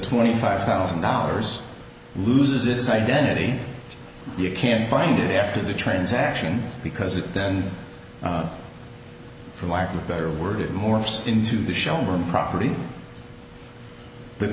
twenty five thousand dollars loses its identity you can't find it after the transaction because it then for lack of a better word it morphs into the showroom property